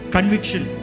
Conviction